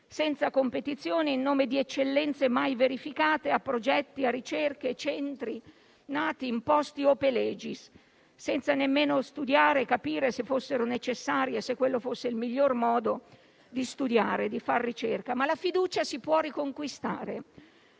senza competizioni, in nome di eccellenze mai verificate a progetti, a ricerche, a centri nati e imposti *ope legis*, senza nemmeno studiare e capire se fossero necessari, se quello fosse il miglior modo di studiare e di far ricerca. La fiducia, però, si può riconquistare